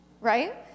Right